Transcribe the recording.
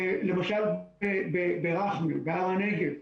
למשל, ברח'מה, בהר הנגב,